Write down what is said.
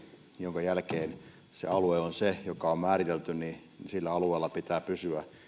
minkä jälkeen se alue on se joka on määritelty niin sillä alueella pitää pysyä